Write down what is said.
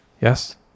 Yes